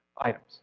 items